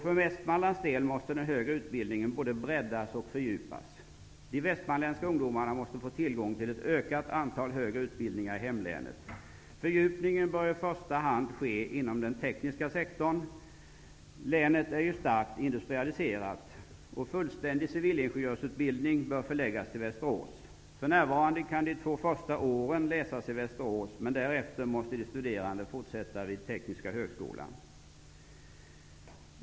För Västmanlands del måste den högre utbildningen både breddas och fördjupas. De västmanländska ungdomarna måste få tillgång till ett ökat antal högre utbildningar i hemlänet. Fördjupningen bör i första hand ske inom den tekniska sektorn. Länet är ju starkt industrialiserat. Fullständig civilingenjörsutbildning bör förläggas till Västerås. För närvarande kan de två första åren läsas i Västerås, men därefter måste de studerande fortsätta vid Tekniska högskolan.